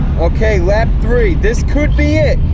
okay, lap three, this could be it!